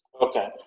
Okay